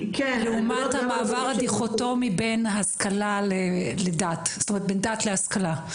לעומת המעבר הדיכוטומי בין דת להשכלה.